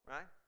Right